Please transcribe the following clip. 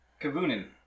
Kabunin